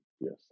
yes